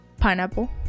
pineapple